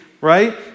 right